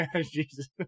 Jesus